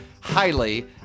highly